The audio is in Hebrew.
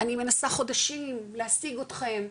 אני מנסה חודשים להשיג אותכם,